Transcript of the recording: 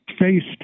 faced